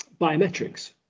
biometrics